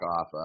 off